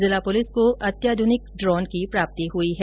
जिला पुलिस को अत्याध्रनिक ड्रॉन प्राप्त हुआ है